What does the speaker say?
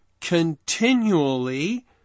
continually